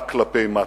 רק כלפי מטה.